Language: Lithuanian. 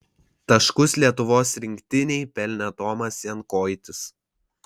taškus lietuvos rinktinei pelnė tomas jankoitis